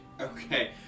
Okay